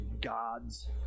God's